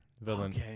Villain